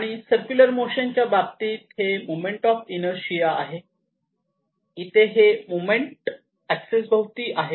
आणि circular motion च्या बाबतीत हे मोमेंट ऑफ इनर्शिया आहे इथे हे मोमेंट एक्सिस भोवती आहे